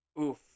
oof